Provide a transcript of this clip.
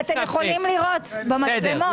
אתם יכולים לראות במצלמות.